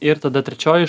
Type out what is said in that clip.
ir tada trečioji